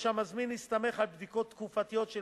או שהמזמין הסתמך על בדיקות תקופתיות של